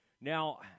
Now